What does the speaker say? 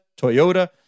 Toyota